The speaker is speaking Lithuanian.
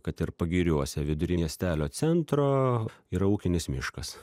kad ir pagiriuose vidury miestelio centro yra ūkinis miškas